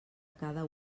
cada